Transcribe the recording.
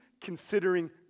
considering